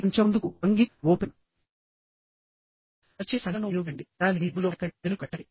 ఆసక్తి మరియు సానుభూతి చూపించడానికి కొంచెం ముందుకు వంగి ఓపెన్ అరచేతి సంజ్ఞలను ఉపయోగించండిదానిని మీ జేబులో పెట్టకండి వెనుకకు పెట్టకండి